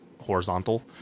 Horizontal